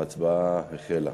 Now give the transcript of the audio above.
ההצבעה החלה.